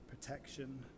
protection